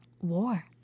War